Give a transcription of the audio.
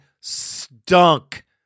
stunk